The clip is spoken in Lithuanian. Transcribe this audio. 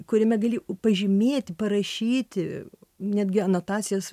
kuriame gali pažymėti parašyti netgi anotacijas